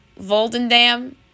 Voldendam